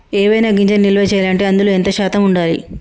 ఏవైనా గింజలు నిల్వ చేయాలంటే అందులో ఎంత శాతం ఉండాలి?